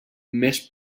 més